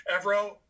Evro